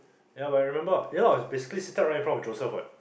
ya but I remember ya I was basically seated right in front of Joseph what